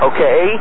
Okay